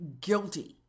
guilty